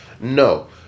No